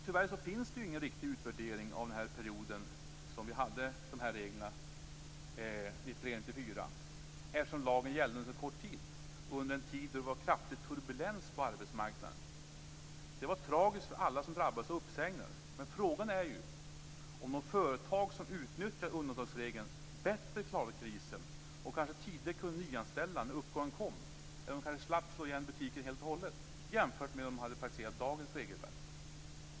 Tyvärr finns det ingen riktig utvärdering av den period 1993/94 då vi hade dessa regler. Lagen gällde ju under så kort tid och under en tid då det var kraftig turbulens på arbetsmarknaden. Det var tragiskt för alla som drabbades av uppsägningar. Frågan är ju om de företag som utnyttjade undantagsregeln klarade krisen bättre och kunde nyanställa tidigare när uppgången kom än om de hade praktiserat dagens regelverk. De slapp kanske att slå igen butiken helt och hållet.